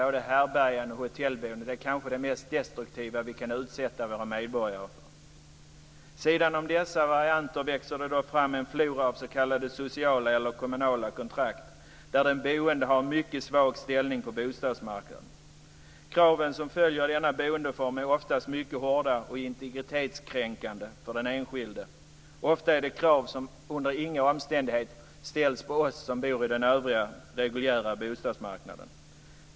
Både härbärgen och hotellboende är kanske det mest destruktiva vi kan utsätta våra medborgare för. Vid sidan av dessa varianter växer det fram en flora av s.k. sociala eller kommunala kontrakt, där den boende har en mycket svag ställning på bostadsmarknaden. Kraven som följer denna boendeform är oftast mycket hårda och integritetskränkande för den enskilde. Ofta är det fråga om krav som under inga omständigheter ställs på oss som bor på den övriga reguljära bostadsmarknaden.